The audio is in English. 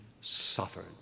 suffered